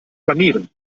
blamieren